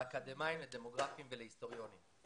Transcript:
לאקדמאים, לדמוגרפים ולהיסטוריונים.